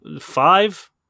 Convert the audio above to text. five